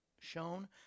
shown